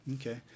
Okay